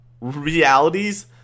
realities